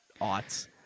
aughts